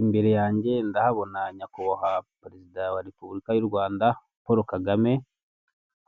Imbere yanjye ndahabona nyakubahwa perezida wa repubulika y'u Rwanda Poro Kagame,